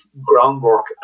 groundwork